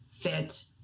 fit